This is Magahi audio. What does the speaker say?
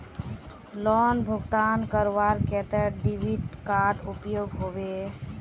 लोन भुगतान करवार केते डेबिट कार्ड उपयोग होबे?